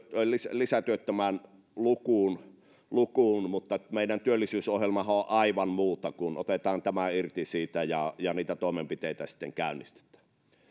lisätyöttömän lukuun lukuun mutta meidän työllisyysohjelmammehan on aivan muuta kun otetaan tämä irti siitä ja ja niitä toimenpiteitä sitten käynnistetään